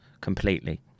completely